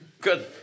Good